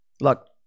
Look